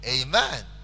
amen